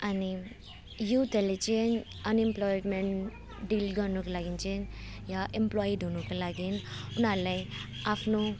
अनि युथहरूले चाहिँ अनइमप्लोइमेन्ट डिल गर्नुको लागि चाहिँ या एमप्लोइड हुनुको लागि उनीहरूलाई आफ्नो